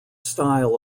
style